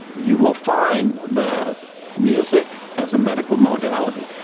you will find that music as a medical modality,